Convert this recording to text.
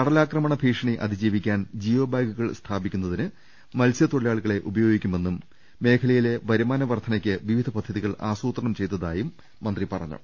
കട ലാക്രമണ ഭീഷണി അതിജീവിക്കാൻ ജിയോ ബാഗുകൾ സ്ഥാപിക്കുന്നതിന് മത്സ്യത്തൊഴിലാളികളെ ഉപയോഗിക്കു മെന്നും മേഖലയിലെ വരുമാന വർദ്ധനവിന് വിവിധ പദ്ധ തികൾ ആസൂത്രണം ചെയ്തിട്ടുണ്ടെന്നും മന്ത്രി പറഞ്ഞു